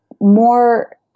more